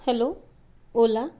hello ola